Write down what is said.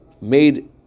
made